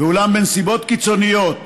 ואולם, בנסיבות קיצוניות